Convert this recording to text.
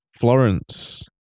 Florence